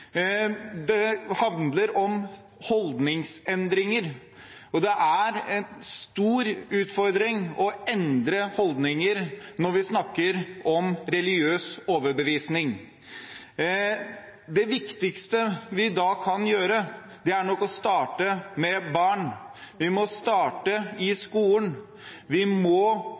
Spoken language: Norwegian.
Det handler om holdningsendringer, og det er en stor utfordring å endre holdninger når vi snakker om religiøs overbevisning. Det viktigste vi da kan gjøre, er nok å starte med barn. Vi må starte i skolen. Vi må